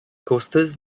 coasters